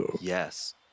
Yes